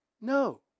No